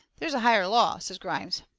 there's a higher law! says grimes.